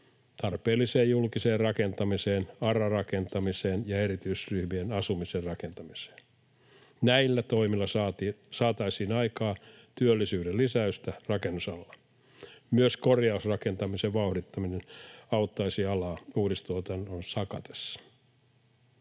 tarpeelliseen julkiseen rakentamiseen, ARA-rakentamiseen ja erityisryhmien asumisen rakentamiseen. Näillä toimilla saataisiin aikaan työllisyyden lisäystä rakennusalalla. Myös korjausrakentamisen vauhdittaminen auttaisi alaa uudistuotannon sakatessa.